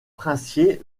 princier